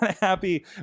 happy